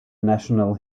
national